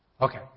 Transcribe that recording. Okay